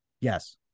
Yes